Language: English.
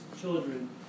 children